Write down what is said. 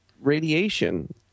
radiation